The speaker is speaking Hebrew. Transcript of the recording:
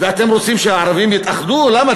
ואתם רוצים שהערבים יתאחדו, למה?